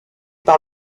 par